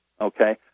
Okay